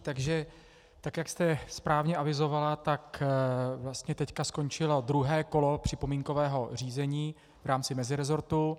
Takže tak jak jste správně avizovala, tak vlastně teď skončilo druhé kolo připomínkového řízení v rámci mezirezortu.